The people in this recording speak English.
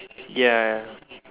ya